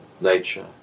nature